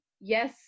yes